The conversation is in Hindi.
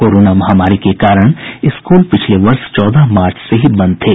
कोरोना महामारी के कारण स्कूल पिछले वर्ष चौदह मार्च से ही बंद थे